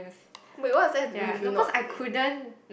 wait what has that have to do with you not being